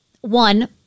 one